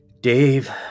Dave